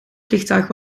vliegtuig